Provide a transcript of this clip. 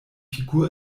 figur